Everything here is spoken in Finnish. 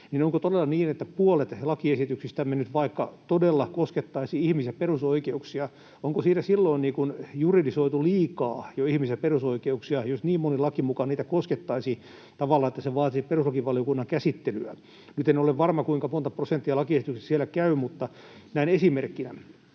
onko todella niin, että vaikka puolet lakiesityksistämme todella koskettaisivat ihmis‑ ja perusoikeuksia, niin onko siinä silloin juridisoitu jo liikaa ihmis‑ ja perusoikeuksia, jos niin moni laki muka niitä koskettaisi sillä tavalla, että se vaatisi perustuslakivaliokunnan käsittelyä. Nyt en ole varma, kuinka monta prosenttia lakiesityksistä siellä käy, mutta näin esimerkkinä.